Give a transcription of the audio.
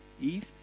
Eve